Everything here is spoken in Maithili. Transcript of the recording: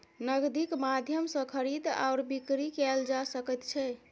नगदीक माध्यम सँ खरीद आओर बिकरी कैल जा सकैत छै